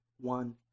one